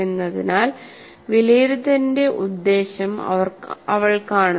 എന്നതിനാൽ വിലയിരുത്തലിന്റെ ഉദ്ദേശ്യം അവൾ കാണുന്നു